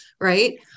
Right